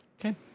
Okay